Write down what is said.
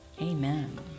Amen